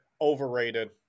overrated